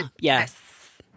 Yes